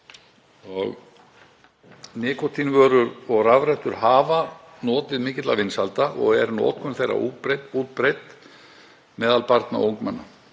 Nikótínvörur og rafrettur hafa notið mikilla vinsælda og er notkun þeirra útbreidd meðal barna og ungmenna.